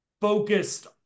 focused